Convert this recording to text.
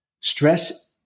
Stress